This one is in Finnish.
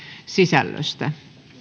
sisällöstä